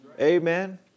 amen